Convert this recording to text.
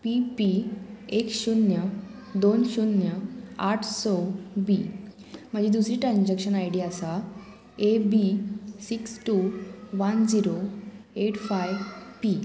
P P एक शुन्य दोन शुन्य आठ स बी म्हजी दुसरी ट्रान्जॅक्शन आय डी आसा A B six two one zero eight five P